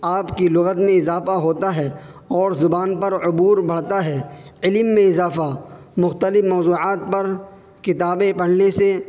آپ کی لغت میں اضافہ ہوتا ہے اور زبان پر عبور بڑھتا ہے علم میں اضافہ مختلف موضوعات پر کتابیں پڑھنے سے